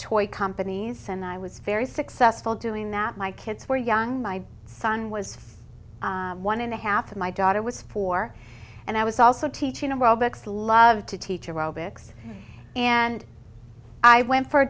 toy companies and i was very successful doing that my kids were young my son was for one and a half of my daughter was four and i was also teaching love to teach aerobics and i went for a